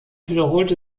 wiederholte